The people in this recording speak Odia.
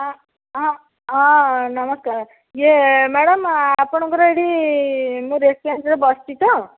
ହଁ ହଁ ହଁ ନମସ୍କାର ଇଏ ମ୍ୟାଡ଼ାମ୍ ଆପଣଙ୍କର ଏଇଠି ମୁଁ ରେଷ୍ଟୁରାଣ୍ଟ୍ରେ ବସିଛ ତ